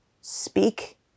speak